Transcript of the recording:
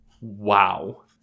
Wow